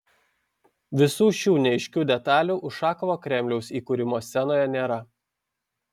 visų šių neaiškių detalių ušakovo kremliaus įkūrimo scenoje nėra